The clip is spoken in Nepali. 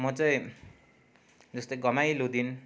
म चाहिँ यस्तै घमाइलो दिन